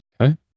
okay